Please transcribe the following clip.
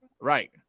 Right